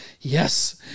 yes